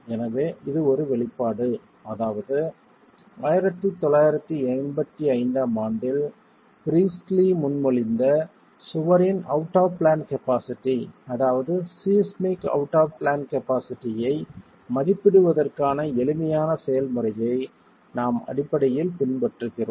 எனவே இது ஒரு வெளிப்பாடு அதாவது 1985 ஆம் ஆண்டில் பிரீஸ்ட்லி முன்மொழிந்த சுவரின் அவுட் ஆப் பிளான் கபாஸிட்டி அதாவது seismic out of plan capacity ஐ மதிப்பிடுவதற்கான எளிமையான செயல்முறையை நாம் அடிப்படையில் பின்பற்றுகிறோம்